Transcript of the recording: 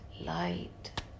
light